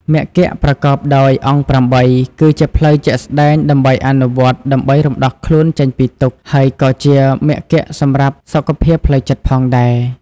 មគ្គប្រកបដោយអង្គ ៨ គឺជាផ្លូវជាក់ស្តែងដើម្បីអនុវត្តន៍ដើម្បីរំដោះខ្លួនចេញពីទុក្ខ ហើយក៏ជាមគ្គសម្រាប់សុខភាពផ្លូវចិត្តផងដែរ។